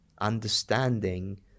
understanding